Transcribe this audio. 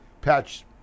patch